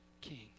king